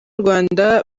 rwanda